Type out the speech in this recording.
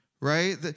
right